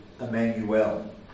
Emmanuel